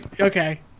Okay